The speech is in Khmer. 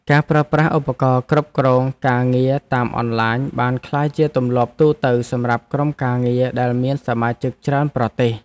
ការប្រើប្រាស់ឧបករណ៍គ្រប់គ្រងការងារតាមអនឡាញបានក្លាយជាទម្លាប់ទូទៅសម្រាប់ក្រុមការងារដែលមានសមាជិកច្រើនប្រទេស។